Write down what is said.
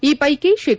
ಈ ಪೈಕಿ ಶೇ